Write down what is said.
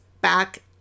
back